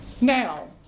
Now